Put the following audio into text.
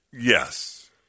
Yes